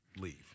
leave